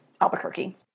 Albuquerque